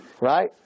Right